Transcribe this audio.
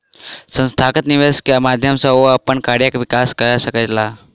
संस्थागत निवेश के माध्यम सॅ ओ अपन कार्यक विकास कय सकला